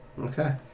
Okay